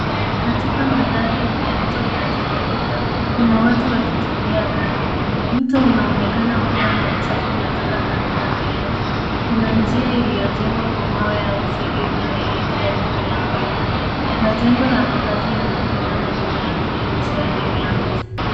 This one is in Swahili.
Katika mandhari yenye mto unatiririka. Kuna watu wakitembea kando. Mto unaonekana kuwa na uchafu na taka kando kando yake. Kuna njia iliyojengwa kwa mawe au zege inayoelekea juu ya muinuko. Majengo ya makazi yanaonekana nyuma yakionyesha eneo la mji.